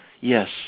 Yes